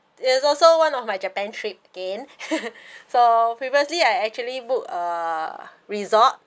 there is also one of my japan trip again so previously I actually book a resort